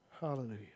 Hallelujah